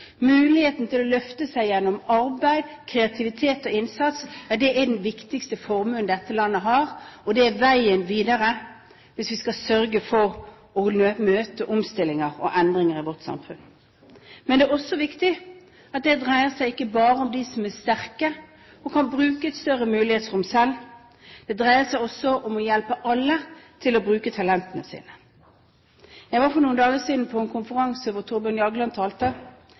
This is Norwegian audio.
muligheten til å løfte seg gjennom arbeid, kreativitet og innsats, er den viktigste formuen dette landet har, og at det er veien videre hvis vi skal sørge for å møte omstillinger og endringer i vårt samfunn. Men det er også viktig at det ikke bare dreier seg om dem som er sterke og kan bruke et større mulighetsrom selv, det dreier seg også om å hjelpe alle til å bruke talentene sine. Jeg var for noen dager siden på en konferanse hvor Thorbjørn Jagland talte.